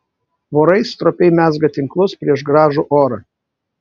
vorai stropiai mezga tinklus prieš gražų orą